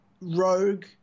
Rogue